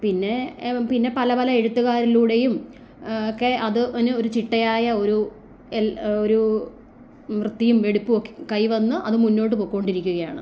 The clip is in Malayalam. പിന്നെ പിന്നെ പല പല എഴുത്തുകാരിലൂടെയും ഒക്കെ അത് ചിട്ടയായ ഒരു എൽ ഒരു വൃത്തിയും വെടിപ്പും ഒക്കെ കൈ വന്ന് അത് മുന്നോട്ട് പൊയ്ക്കൊണ്ടിരിക്കുകയാണ്